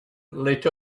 lit